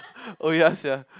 oh ya sia